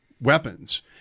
weapons